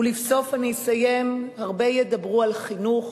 ולבסוף, אני אסיים, הרבה ידברו על חינוך.